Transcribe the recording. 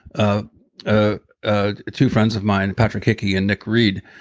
ah ah ah two friends of mine, patrick hickey and nick reed,